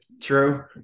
true